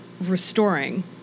restoring